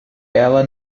ela